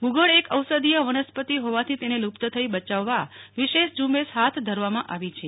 ગુગળ એક ઔષધીય વનસ્પતિ હોવાથી તેને લુપ્ત થઈ બચાવવા વિશેષ ઝુંબેશ હાથ ધરવામાં આવી છે